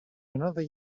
another